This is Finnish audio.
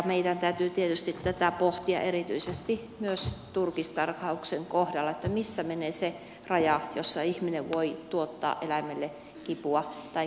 meidän täytyy tietysti tätä pohtia erityisesti myös turkistarhauksen kohdalla missä menee se raja jossa ihminen voi tuottaa eläimelle kipua tai kärsimystä